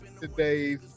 today's